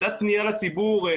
קצת פנייה לציבור,